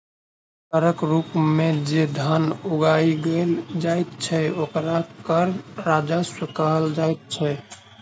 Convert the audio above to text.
करक रूप मे जे धन उगाही कयल जाइत छै, ओकरा कर राजस्व कहल जाइत छै